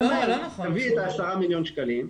הוא אומר 'תביא את ה-10 מיליון שקלים,